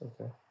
okay